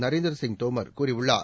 நரேந்திரசிங் தோமர் கூறியுள்ளார்